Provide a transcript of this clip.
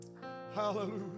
Hallelujah